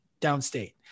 downstate